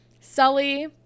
Sully